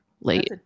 late